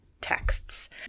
texts